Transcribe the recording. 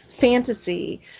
fantasy